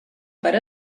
per